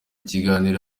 kiganiro